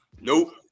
Nope